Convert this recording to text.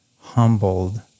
humbled